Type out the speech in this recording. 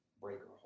breaker